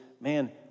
man